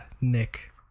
Nick